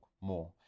more